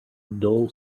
doll